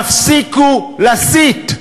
תפסיקו להסית.